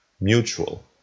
mutual